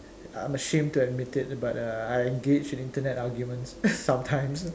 I'm ashamed to admit it but uh I engage in Internet arguments sometimes